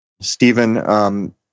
Stephen